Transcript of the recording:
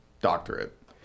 doctorate